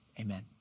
Amen